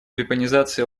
вепонизации